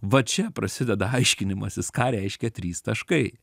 va čia prasideda aiškinimasis ką reiškia trys taškai